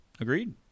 Agreed